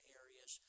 areas